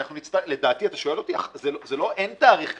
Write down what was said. אם אתה שואל אותי, אין תאריך כזה.